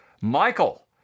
Michael